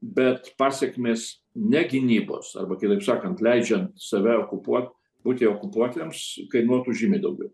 bet pasekmės ne gynybos arba kitaip sakant leidžiant save okupuot būti okupuotiems kainuotų žymiai daugiau